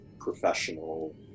professional